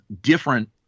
different